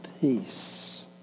peace